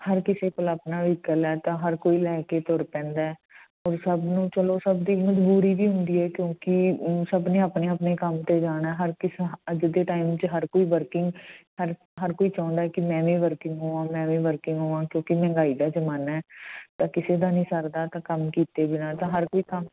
ਹਰ ਕਿਸੇ ਕੋਲ ਆਪਣਾ ਵਹੀਕਲ ਹੈ ਤਾਂ ਹਰ ਕੋਈ ਲੈ ਕੇ ਤੁਰ ਪੈਂਦਾ ਹੁਣ ਸਭ ਨੂੰ ਚਲੋ ਸਭ ਦੀ ਮਜ਼ਬੂਰੀ ਵੀ ਹੁੰਦੀ ਹੈ ਕਿਉਂਕਿ ਸਭ ਨੇ ਆਪਣੇ ਆਪਣੇ ਕੰਮ 'ਤੇ ਜਾਣਾ ਹਰ ਕਿਸ ਅੱਜ ਦੇ ਟਾਈਮ 'ਚ ਹਰ ਕੋਈ ਵਰਕਿੰਗ ਹਰ ਹਰ ਕੋਈ ਚਾਹੁੰਦਾ ਕਿ ਮੈਂ ਵੀ ਵਰਕਿੰਗ ਹੋਵਾਂ ਮੈਂ ਵੀ ਵਰਕਿੰਗ ਹੋਵਾਂ ਕਿਉਂਕਿ ਮਹਿੰਗਾਈ ਦਾ ਜ਼ਮਾਨਾ ਤਾਂ ਕਿਸੇ ਦਾ ਨਹੀਂ ਸਰਦਾ ਤਾਂ ਕੰਮ ਕੀਤੇ ਬਿਨਾਂ ਤਾਂ ਹਰ ਕੋਈ ਕੰਮ